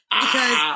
Because-